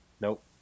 Nope